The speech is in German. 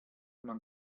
man